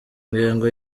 ngengo